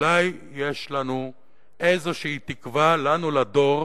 אולי יש לנו איזו תקווה לדור